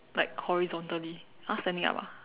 like horizontally !huh! standing up ah